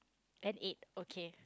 an eight okay